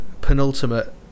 penultimate